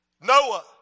Noah